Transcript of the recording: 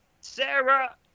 Sarah